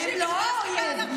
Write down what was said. הם לא האויב.